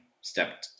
step